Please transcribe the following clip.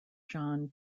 john